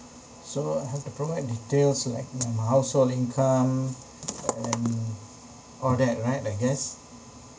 so I have to provide details like my my household income and all that right I guess